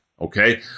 Okay